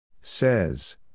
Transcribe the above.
Says